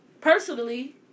Personally